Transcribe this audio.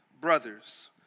brothers